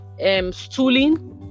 stooling